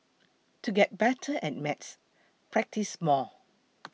to get better at maths practise more